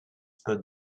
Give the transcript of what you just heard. per